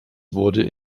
wurde